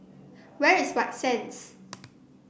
where is White Sands